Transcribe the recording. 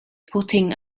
putting